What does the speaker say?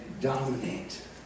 dominate